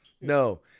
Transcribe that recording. no